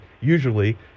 usually